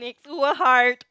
so hard